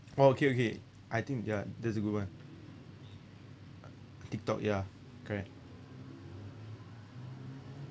oh okay okay I think ya that's a good one tiktok ya correct